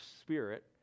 spirit